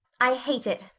i hate it,